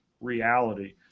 reality